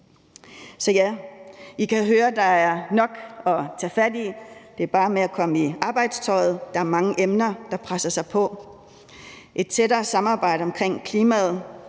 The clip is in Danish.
Så I kan høre, at der er nok at tage fat i. Det er bare med at komme i arbejdstøjet – der er mange emner, der presser sig på: et tættere samarbejde om klimaet;